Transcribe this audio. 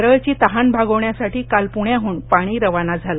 केरळची तहान भागवण्यासाठी काल पुण्याहून पाणी रवाना झालं